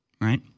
right